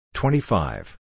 twenty-five